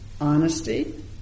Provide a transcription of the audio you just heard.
honesty